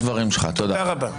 תודה.